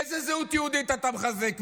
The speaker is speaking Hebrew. איזו זהות יהודית אתה מחזק?